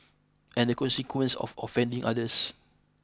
and the consequence of offending others